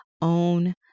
own